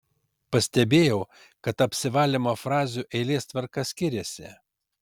pastebėjau kad apsivalymo frazių eilės tvarka skiriasi